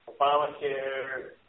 Obamacare